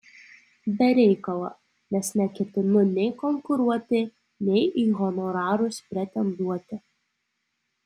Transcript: be reikalo nes neketinu nei konkuruoti nei į honorarus pretenduoti